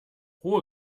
hohe